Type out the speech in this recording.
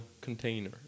container